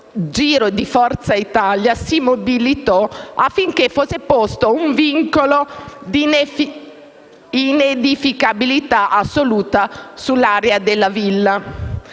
Giro, di Forza Italia, si mobilitò affinché fosse posto un vincolo di inedificabilità assoluta sull'area della Villa.